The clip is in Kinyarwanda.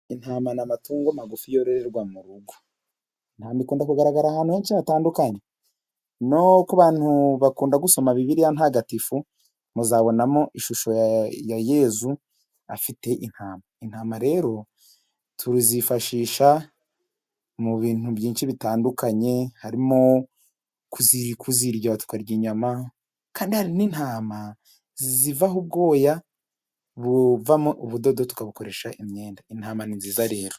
Intama n'amatungo magufi yororerwa mu rugo zikunda kugaragara ahantu henshi hatandukanye, no k'ubantu bakunda gusoma bibiliya ntagatifu muzabonamo ishusho ya yezu afite intama. Rero tuzifashisha mu bintu byinshi bitandukanye harimo ku kuzirya, twarya inyama. Intama zivaho ubwoya buvamo ubudodo dukoresha imyenda intama ni nziza rero.